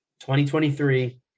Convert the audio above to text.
2023